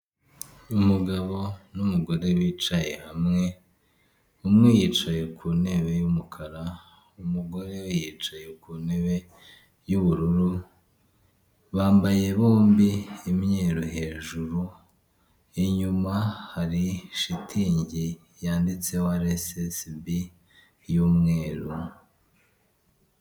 Umugabo n'umugore bicaye hamwe umwe yicaye ku ntebe y'umukara umugore we yicaye ku ntebe y'ubururu, bambaye bombi imyeru hejuru inyuma hari shitingi yanditseho araesesibi y'umweru.